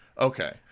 Okay